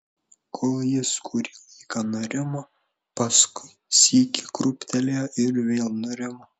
kol jis kurį laiką nurimo paskui sykį krūptelėjo ir vėl nurimo